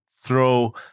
throw